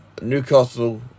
Newcastle